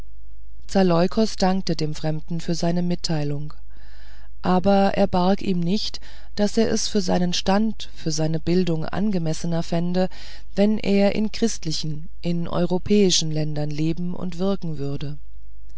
zaleukos dankte dem fremden für seine mitteilung aber er barg ihm nicht daß er es für seinen stand für seine bildung angemessener fände wenn er in christlichen in europäischen ländern leben und wirken würde